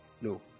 no